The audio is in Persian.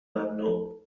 ممنوع